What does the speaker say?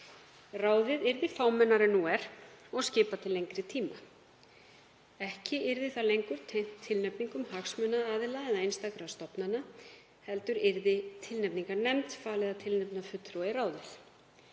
Ráðið yrði fámennara en nú er og skipað til lengri tíma. Ekki yrði það lengur tengt tilnefningum hagsmunaaðila eða einstakra stofnana heldur yrði tilnefningarnefnd falið að tilnefna fulltrúa í ráðið.